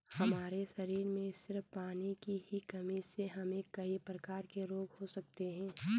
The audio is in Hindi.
हमारे शरीर में सिर्फ पानी की ही कमी से हमे कई प्रकार के रोग हो सकते है